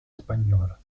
spagnola